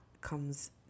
comes